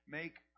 make